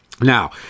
Now